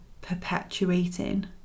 perpetuating